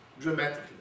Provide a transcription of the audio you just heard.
dramatically